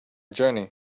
journey